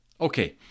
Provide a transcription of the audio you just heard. Okay